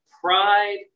pride